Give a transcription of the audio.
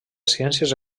ciències